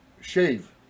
shave